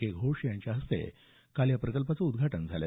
के घोष यांच्या हस्ते काल या प्रकल्पाचं उद्घाटन झालं